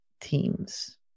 teams